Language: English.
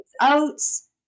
oats